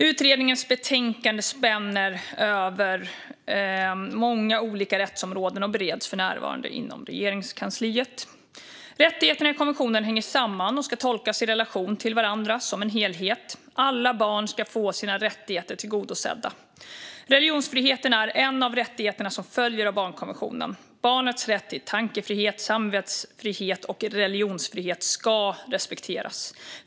Utredningens betänkande spänner över många olika rättsområden och bereds för närvarande inom Regeringskansliet. Rättigheterna i konventionen hänger samman och ska i relation till varandra tolkas som en helhet. Alla barn ska få sina rättigheter tillgodosedda. Religionsfriheten är en av rättigheterna som följer av barnkonventionen. Barnets rätt till tankefrihet, samvetsfrihet och religionsfrihet ska respekteras.